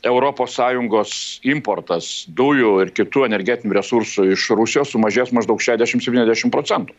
europos sąjungos importas dujų ir kitų energetinių resursų iš rusijos sumažės maždaug šešiasdešimt septyniasdešimt procentų